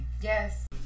Yes